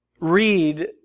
read